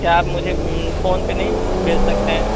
کیا آپ مجھے فون پہ نہیں بھیج سکتے ہیں